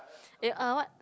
eh uh what